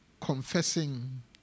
confessing